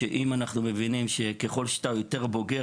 שאם אנחנו מבינים שכלל שאתה יותר בוגר,